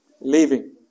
leaving